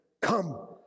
Come